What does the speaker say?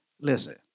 Listen